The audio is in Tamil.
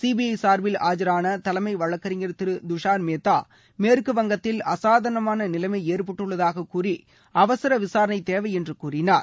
சிபிஐ சார்பில் ஆஜான தலைமை வழக்கறிஞர் திரு துஷார் மேத்தா மேற்குவங்கத்தில் அசாதாரணமான நிலைமை ஏற்பட்டுள்ளதாக கூறி அவசர விசாரணை தேவை என்று கூறினார்